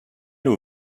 aux